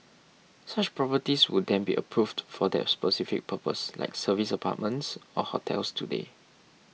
such properties would then be approved for that specific purpose like service apartments or hotels today